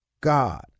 God